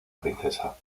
princesa